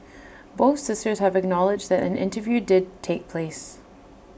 both sisters have acknowledged that an interview did take place